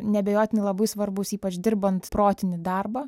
neabejotinai labai svarbus ypač dirbant protinį darbą